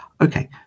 Okay